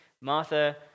Martha